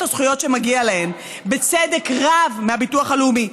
הזכויות שמגיעות להן בצדק רב מהביטוח הלאומי.